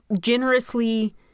generously